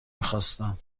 میخواستم